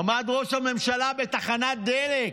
עמד ראש הממשלה בתחנת דלק,